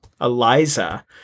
Eliza